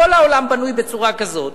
כל העולם בנוי בצורה כזאת,